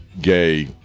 Gay